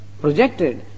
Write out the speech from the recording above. projected